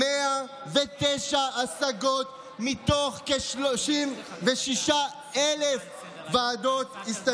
109 השגות, הסתייגות, מתוך כ-36,000 ועדות.